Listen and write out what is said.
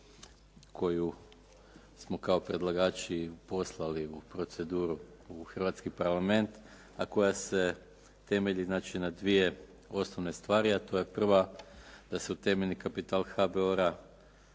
koju smo kao predlagači poslali u proceduru u Hrvatski parlament, a koja se temelji znači na dvije osnove stvari, a to je prva da se u temeljni kapital HBOR-a